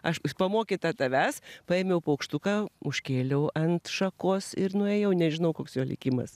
aš pamokyta tavęs paėmiau paukštuką užkėliau ant šakos ir nuėjau nežinau koks jo likimas